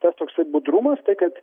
tas toksai budrumas tai kad